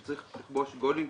שצריך לכבוש גולים,